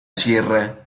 sierra